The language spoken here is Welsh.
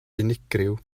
unigryw